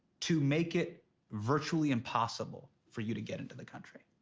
to make it virtually impossible for you to get into the country.